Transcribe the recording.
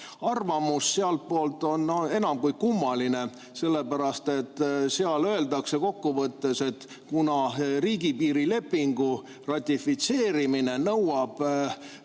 arvamus oli enam kui kummaline, sellepärast, et selles öeldakse kokkuvõttes, et kuna riigipiiri lepingu ratifitseerimine nõuab